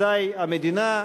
ודאי המדינה,